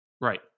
right